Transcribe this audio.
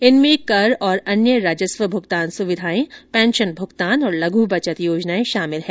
इनमें कर और अन्य राजस्व भुगतान सुविधाएं पेंशन भुगतान और लघु बचत योजनाएं शामिल हैं